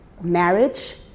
marriage